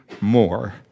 more